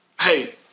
hey